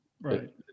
Right